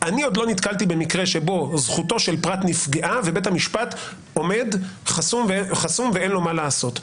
במקרה שבו זכותו של פרט נפגעה ובית המשפט עומד חסום ואין לו מה לעשות.